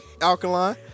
Alkaline